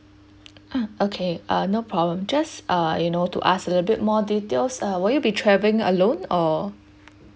uh okay uh no problem just uh you know to ask a little bit more details will you be traveling alone or